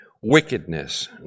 wickedness